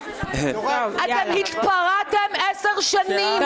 אתם התפרעתם 10 שנים.